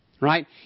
Right